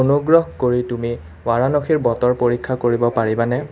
অনুগ্ৰহ কৰি তুমি বাৰাণসীৰ বতৰ পৰীক্ষা কৰিব পাৰিবানে